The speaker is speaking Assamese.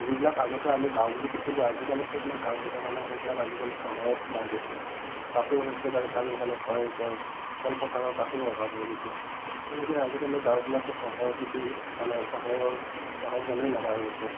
যিবিলাক আগতে আমি গাঁও বুলি কৈছিলোঁ আজিকালি সেইবিলাক গাঁও হৈ থকা নাই সেইবিলাক আজিকালি চহৰত সোমাই গৈছে তাতো একেবাৰে চাৰিওফালে ঘৰে ঘৰ খেলপথাৰৰ তাতো অভাৱ হৈ গৈছে এনেকৈ আজিকালি গাঁওবিলাকো চহৰমুখী মানে চহৰৰ চহৰ যেনেই লগা হৈ গৈছে